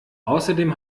außerdem